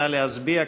נא להצביע.